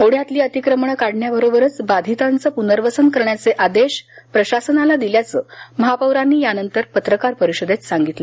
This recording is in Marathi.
ओढ्यातली अतिक्रमणं काढण्याबरोबरच बाधितांचं प्नर्वसन करण्याचे आदेश प्रशासनाला दिल्याचं महापौरांनी यानंतर पत्रकार परिषदेत सांगितलं